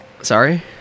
Sorry